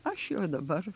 aš jau dabar